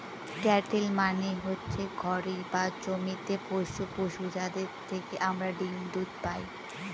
cattle মানে হচ্ছে ঘরে বা জমিতে পোষ্য পশু, যাদের থেকে আমরা ডিম দুধ পায়